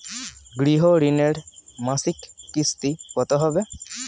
গৃহ ঋণের মাসিক কিস্তি কত হবে?